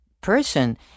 person